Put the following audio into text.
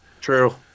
True